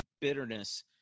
Bitterness